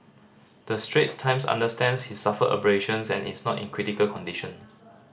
the Straits Times understands he suffered abrasions and is not in critical condition